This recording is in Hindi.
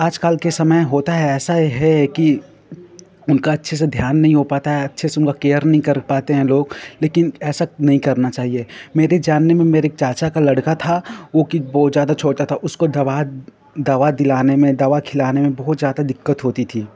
आज कल का समय होता ऐसा है कि उनका अच्छे से ध्यान नहीं हो पाता है उनका अच्छे से केयर नहीं कर पाते हैं लोग लेकिन ऐसा नहीं करना चाहिए मेरे जानने में मेरे एक चाचा का लड़का था जोकि वह बहुत ज़्यादा छोटा था उसको दवा दवा दिलाने में दवा खिलाने में बहुत ज़्यादा दिक्कत होती थी